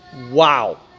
Wow